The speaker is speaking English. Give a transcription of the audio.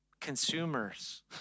consumers